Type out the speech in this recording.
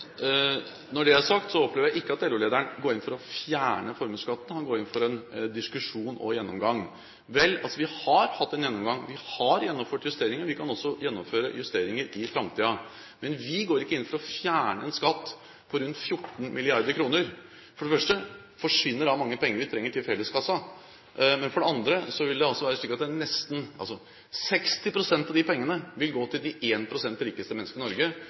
Når det er sagt, opplever jeg ikke at LO-lederen går inn for å fjerne formuesskatten. Han går inn for en diskusjon og en gjennomgang. Vel, vi har hatt en gjennomgang. Vi har gjennomført justeringer, og vi kan også gjennomføre justeringer i framtiden. Men vi går ikke inn for å fjerne en skatt på rundt 14 mrd. kr. For det første forsvinner da mange penger vi trenger til felleskassen, og for det andre vil det altså være slik at 60 pst. av de pengene vil gå til de 1 pst. rikeste menneskene i Norge,